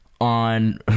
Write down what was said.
on